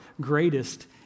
greatest